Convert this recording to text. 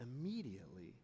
immediately